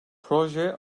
proje